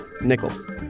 nickels